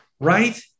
right